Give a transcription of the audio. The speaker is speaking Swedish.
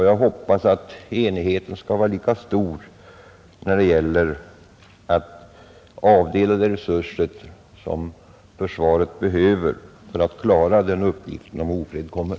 Jag hoppas att enigheten skall vara lika stor när det gäller att avdela de resurser som försvaret behöver för att klara den uppgiften om ofred kommer.